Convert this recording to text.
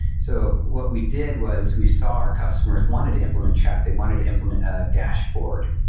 so what we did was we saw our customers wanted to implement chat. they wanted implement a dashboard.